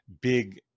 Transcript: big